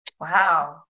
wow